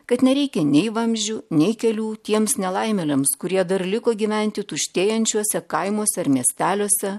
kad nereikia nei vamzdžių nei kelių tiems nelaimėliams kurie dar liko gyventi tuštėjančiuose kaimuose ar miesteliuose